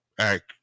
Act